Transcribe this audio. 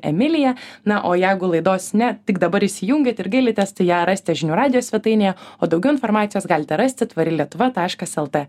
emilija na o jeigu laidos ne tik dabar įsijungiat ir gailitės tai ją rasite žinių radijo svetainėje o daugiau informacijos galite rasti tvari lietuva taškas lt